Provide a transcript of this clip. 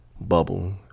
bubble